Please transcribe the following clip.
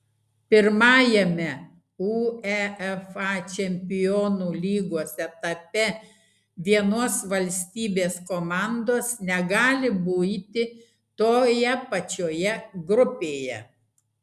pirmajame uefa čempionų lygos etape vienos valstybės komandos negali būti toje pačioje grupėje